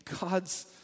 God's